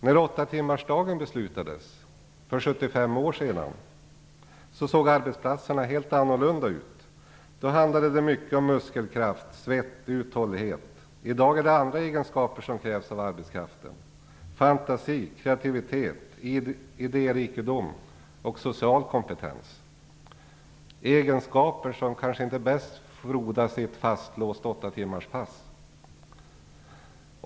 När åttatimmarsdagen beslutades för 75 år sedan såg arbetsplatserna helt annorlunda ut. Då handlade det mycket om muskelkraft - svett och uthållighet. I dag är det andra egenskaper som krävs av arbetskraften: fantasi, kreativitet, idérikedom och social kompetens, och det är egenskaper som kanske inte bäst frodas i ett fastlåst åttatimmarspass.